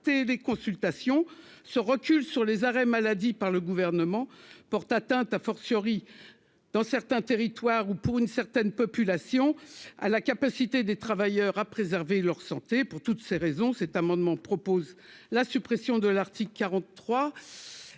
télé, consultation ce recul sur les arrêts maladie par le gouvernement porte atteinte à fortiori dans certains territoires ou pour une certaine population à la capacité des travailleurs à préserver leur santé pour toutes ces raisons, cet amendement propose la suppression de l'article 43